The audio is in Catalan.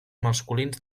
masculins